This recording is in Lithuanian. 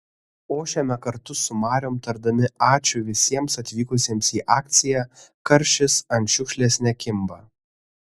ošiame kartu su mariom tardami ačiū visiems atvykusiems į akciją karšis ant šiukšlės nekimba